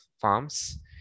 farms